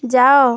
ଯାଅ